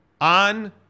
on